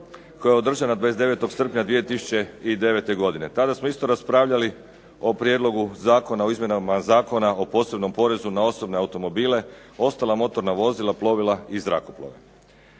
koja je održana 29. srpnja 2009. godine. Tada smo isto raspravljali o prijedlogu zakona o izmjenama Zakona o posebnom porezu na osobne automobile, ostala motorna vozila, plovila i zrakoplove.